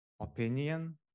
opinion